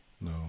No